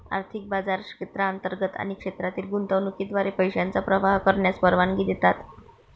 आर्थिक बाजार क्षेत्रांतर्गत आणि क्षेत्रातील गुंतवणुकीद्वारे पैशांचा प्रवाह करण्यास परवानगी देतात